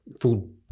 food